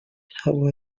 have